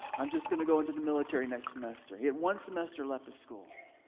i'm just gonna go into the military next semester. he had one semester left of school.